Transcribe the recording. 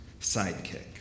sidekick